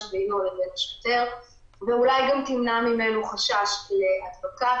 בינו לבין השוטר ואולי גם תמנע ממנו חשש להדבקה,